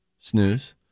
snooze